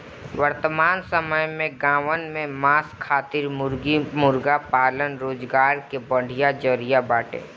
वर्तमान समय में गांवन में मांस खातिर मुर्गी मुर्गा पालन रोजगार कअ बढ़िया जरिया बाटे